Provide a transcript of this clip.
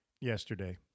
yesterday